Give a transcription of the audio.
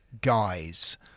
guys